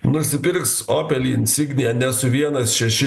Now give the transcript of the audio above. nusipirks opelį insigniją ne su vienas šeši